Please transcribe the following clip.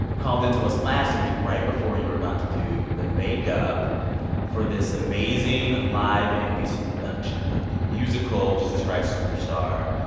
called into us last week right before you were about to do the makeup for this amazing live nbc production of the musical jesus christ superstar.